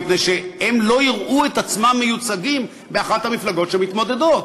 מפני שהם לא יראו את עצמם מיוצגים באחת המפלגות שמתמודדות.